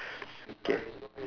K